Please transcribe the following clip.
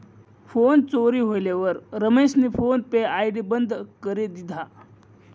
phone चोरी व्हयेलवर रमेशनी फोन पे आय.डी बंद करी दिधा